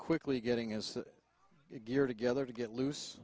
quickly getting as gear together to get loose